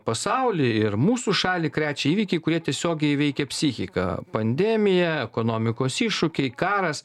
pasaulį ir mūsų šalį krečia įvykiai kurie tiesiogiai veikia psichiką pandemija ekonomikos iššūkiai karas